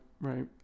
right